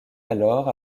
alors